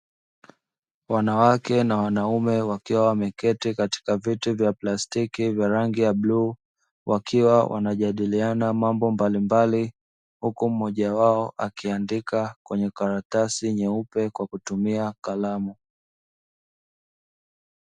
Wanawake na wanaume wakiwa wameketi katika viti vya plastiki vya rangi ya bluu, wakiwa wanajadiliana mambo mbalimbali, huku mmoja wao akiandika kwenye karatasi nyeupe kwa kutumia kalamu.